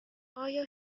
آیا